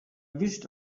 wished